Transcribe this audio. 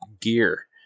gear